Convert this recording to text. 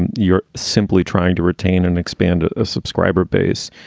and you're simply trying to retain and expand a subscriber base